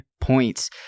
points